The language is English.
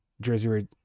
jersey